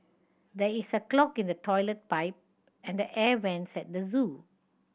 there is a clog in the toilet pipe and the air vents at the zoo